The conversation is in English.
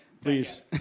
Please